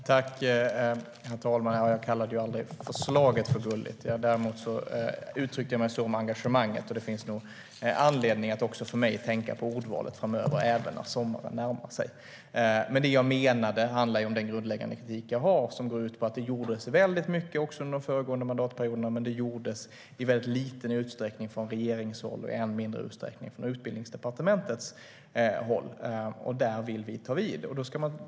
Herr talman! Jag kallade inte förslaget för gulligt. Däremot uttryckte jag mig så över engagemanget. Det finns nog anledning också för mig att tänka på ordvalet framöver, även om sommaren närmar sig. Men det handlar om den grundläggande kritik som jag har och som går ut på att det gjordes väldigt mycket också under den föregående mandatperioden, men det gjordes i väldigt liten utsträckning från regeringshåll och i än mindre utsträckning från Utbildningsdepartementets håll. Där vill vi ta vid.